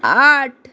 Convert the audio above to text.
আট